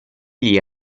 gli